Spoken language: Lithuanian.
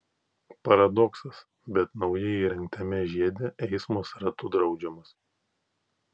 paradoksas bet naujai įrengtame žiede eismas ratu draudžiamas